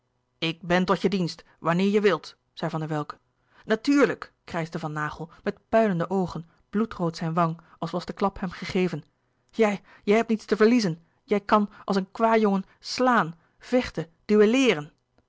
ik ben tot je dienst wanneer je wilt zei van der welcke natuurlijk krijschte van naghel met puilende oogen bloedrood zijn wang als was louis couperus de boeken der kleine zielen de klap hem gegeven jij je hebt niets te verliezen jij kan als een kwâjongen slaan vechten